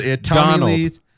Donald